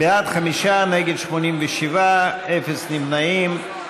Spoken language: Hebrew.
בעד 5, נגד, 87, אפס נמנעים.